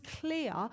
clear